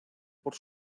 por